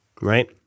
Right